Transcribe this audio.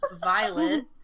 violet